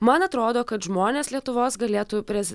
man atrodo kad žmonės lietuvos galėtų prez